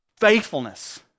faithfulness